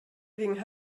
wegen